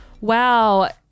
Wow